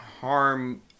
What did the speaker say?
harm